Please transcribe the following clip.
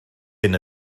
hyn